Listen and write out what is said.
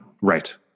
Right